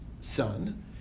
son